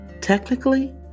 technically